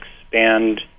expand